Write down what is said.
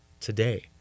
today